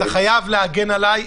אתה חייב להגן עליי,